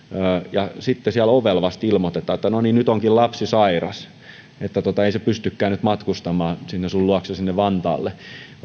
ja sitten vasta ovella ilmoitetaan että no niin nyt onkin lapsi sairas ei hän pystykään nyt matkustamaan sinun luoksesi sinne vantaalle